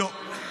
לא.